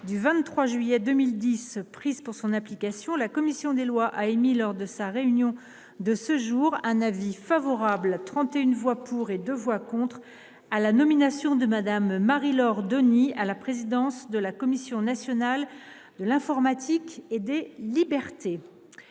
du 23 juillet 2010 prises pour son application, la commission des lois a émis, lors de sa réunion de ce jour, un avis favorable, par 31 voix pour et 2 voix contre, à la nomination de Mme Marie Laure Denis à la présidence de la Commission nationale de l’informatique et des libertés.